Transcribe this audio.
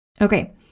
Okay